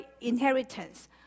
inheritance